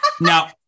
Now